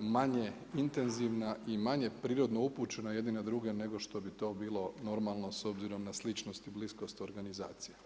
manje intenzivna i manje prirodno upućena jedni na druge nego što bi to bilo normalno s obzirom na sličnost i bliskost organizacije.